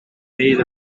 made